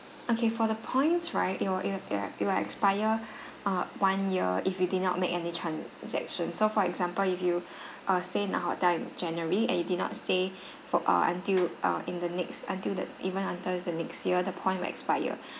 okay for the points right it will it will it will it will expire uh one year if you did not make any transaction so for example if you uh stay in a hotel in january and you did not stay for uh until uh in the next until the even until the next year the point will expire